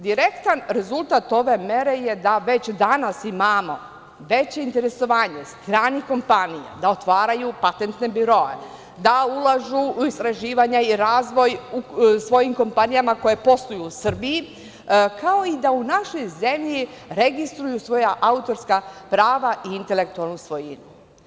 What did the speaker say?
Direktan rezultat ove mere je da već danas imamo veće interesovanje stranih kompanija da otvaraju patentne biroe, da ulažu u istraživanja i razvoj u svojim kompanijama koje posluju u Srbiji, kao i da u našoj zemlji registruju svoja autorska prava i intelektualnu svojinu.